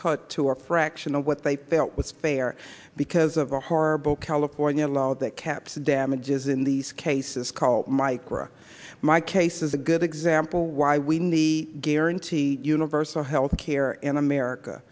cut to a fraction of what they felt was fair because of the horrible california law that caps damages in these cases call micra my case is good example why we need the guarantee universal health care in america